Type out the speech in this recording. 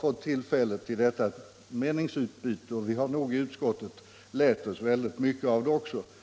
fått tillfälle till detta meningsutbyte, och vi har nog i utskottet lärt oss mycket av det.